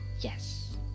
yes